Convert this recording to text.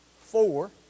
four